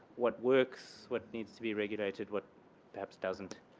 what works? what needs to be regulated? what perhaps doesn't?